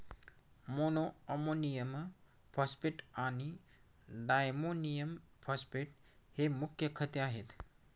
monoammonium phosphate आणि diammonium phosphate ही मुख्य खते आहेत